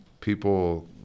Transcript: people